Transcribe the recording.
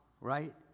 right